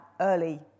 early